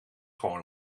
gewoon